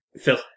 Phil